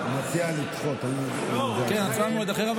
כן, נמצא מועד אחר.